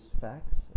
facts